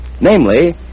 namely